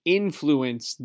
influence